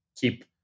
keep